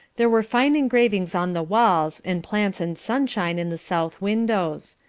there were fine engravings on the walls, and plants and sunshine in the south windows.